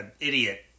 idiot